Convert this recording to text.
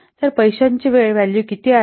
तर पैशाचे वेळ व्हॅल्यूकिती आहे